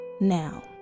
Now